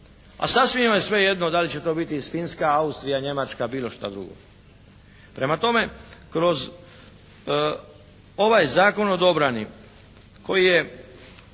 A sasvima je svejedno da li će to biti Finska, Austrija, Njemačka, bilo šta drugo. Prema tome, kroz ovaj Zakon o obrani koji je